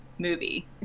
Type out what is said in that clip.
movie